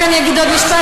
רק אני אגיד עוד משפט.